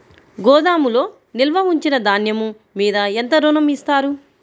గోదాములో నిల్వ ఉంచిన ధాన్యము మీద ఎంత ఋణం ఇస్తారు?